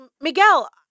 Miguel